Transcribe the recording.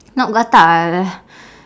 not gatal